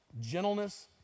gentleness